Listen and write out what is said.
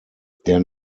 der